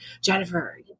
jennifer